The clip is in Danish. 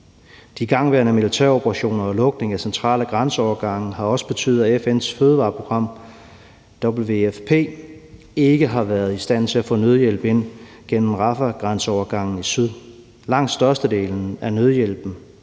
De igangværende militære operationer og lukningen af centrale grænseovergange har også betydet, at FN's fødevareprogram WFP ikke har været i stand til at få nødhjælp ind gennem Rafah-grænseovergangen i syd. Langt størstedelen af nødhjælpen,